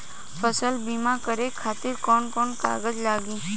फसल बीमा करे खातिर कवन कवन कागज लागी?